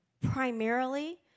primarily